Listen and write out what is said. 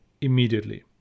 immediately